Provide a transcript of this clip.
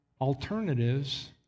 alternatives